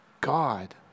God